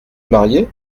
marier